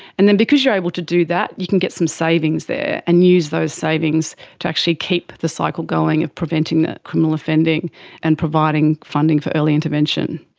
and then because you're able to do that, you can get some savings there and use those savings to actually keep the cycle going and preventing that criminal offending and providing funding for early intervention.